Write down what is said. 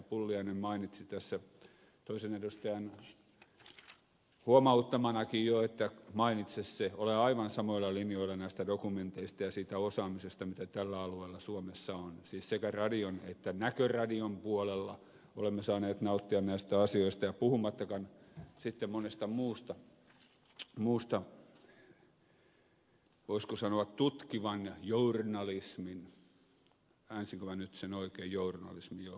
pulliainen mainitsi tässä toisen edustajan huomauttamanakin jo että mainitse se olen aivan samoilla linjoilla näistä dokumenteista ja siitä osaamisesta mitä tällä alueella suomessa on siis sekä radion että näköradion puolella olemme saaneet nauttia näistä asioista ja puhumattakaan sitten monesta muusta voisiko sanoa tutkivan journalismin äänsinkö minä sen nyt oikein journalismi joo